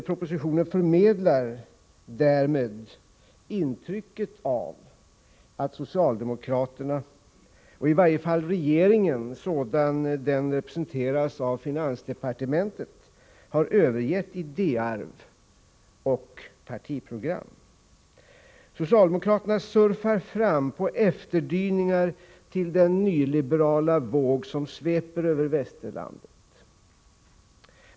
Propositionen förmedlar därmed intrycket att socialdemokraterna, och i varje fall regeringen sådan den representeras av finansdepartementet, har övergett idéarv och partiprogram. Socialdemokraterna surfar fram på efterdyningar till den nyliberala våg som sveper över västerlandet.